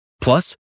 Plus